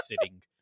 sitting